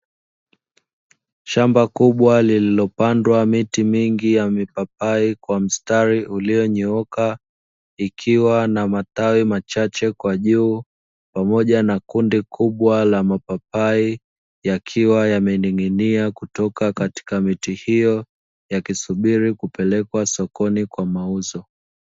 Shamba kubwa liliopandwa miti mingi ya mipapai kwa mstari ulionyooka, likiwa na matawi machache kwa juu pamoja na kundi kubwa la mapapai yakiwa yamening'inia kutoka katika miti hiyo yakisubiri kupelekwa sokoni kwa mauzo.